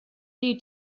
you